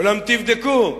אולם, תבדקו,